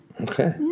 okay